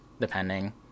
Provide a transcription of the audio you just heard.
depending